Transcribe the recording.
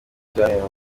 daniels